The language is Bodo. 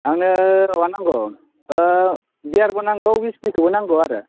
आंनो माबा नांगौ बियारबो नांगौ उइसकिखौबो नांगौ आरो